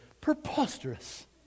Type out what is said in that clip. preposterous